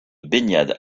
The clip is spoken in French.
baignade